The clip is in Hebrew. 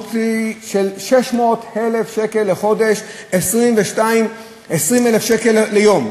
המשמעות היא 600,000 שקל לחודש, 20,000 שקל ליום,